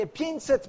500